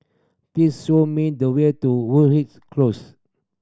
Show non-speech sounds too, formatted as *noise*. please show me the way to *unintelligible* Close